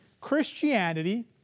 Christianity